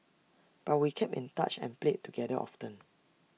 but we kept in touch and played together often